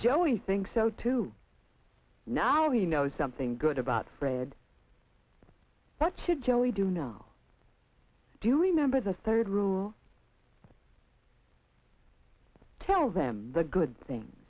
you think so too now you know something good about fred that should show we do know do you remember the third rule tell them the good thing